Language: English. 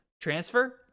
transfer